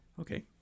Okay